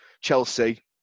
Chelsea